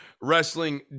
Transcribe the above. wrestling